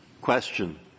Question